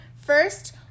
First